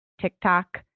TikTok